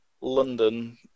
London